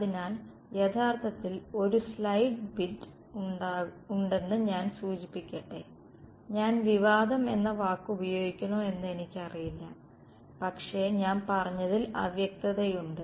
അതിനാൽ യഥാർത്ഥത്തിൽ ഒരു സ്ലൈഡ് ബിറ്റ് ഉണ്ടെന്ന് ഞാൻ സൂചിപ്പിക്കട്ടെ ഞാൻ വിവാദം എന്ന വാക്ക് ഉപയോഗിക്കണോ എന്ന് എനിക്കറിയില്ല പക്ഷേ ഞാൻ പറഞ്ഞതിൽ അവ്യക്തതയുണ്ട്